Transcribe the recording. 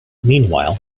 meanwhile